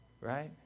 right